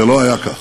זה לא היה כך.